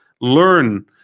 learn